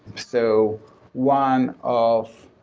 so one of,